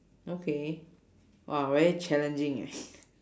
okay !wah! very challenging eh